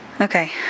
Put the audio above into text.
Okay